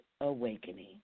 awakening